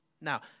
Now